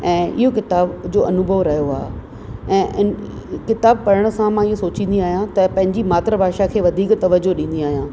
ऐं इहो किताब जो अनुभव रहियो आहे ऐं हिन किताबु पढ़ण सां मां इहो सोचींदी आहियां त पंहिंजी मातृभाषा खे वधीक तवज़ो ॾींदी आहियां